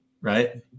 Right